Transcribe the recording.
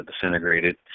disintegrated